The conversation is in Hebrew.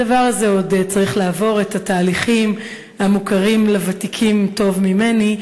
הדבר הזה עוד צריך לעבור את התהליכים המוכרים לוותיקים טוב ממני,